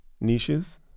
Niches